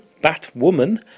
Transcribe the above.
Batwoman